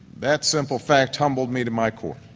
that simple fact humbled me to my core.